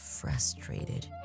frustrated